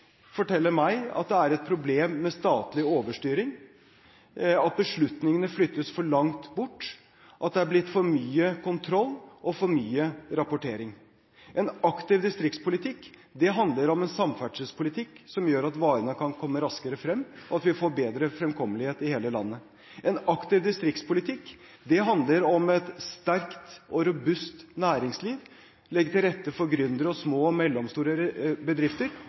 forteller meg at det er et problem med statlig overstyring, at beslutningene flyttes for langt bort, og at det er blitt for mye kontroll og for mye rapportering. En aktiv distriktspolitikk handler om en samferdselspolitikk som gjør at varene kan komme raskere frem, og at vi får bedre fremkommelighet i hele landet. En aktiv distriktspolitikk handler om et sterkt og robust næringsliv, å legge til rette for gründere og små og mellomstore bedrifter,